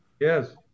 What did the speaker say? yes